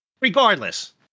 Regardless